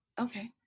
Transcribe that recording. Okay